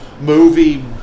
movie